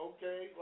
Okay